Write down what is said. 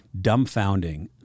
dumbfounding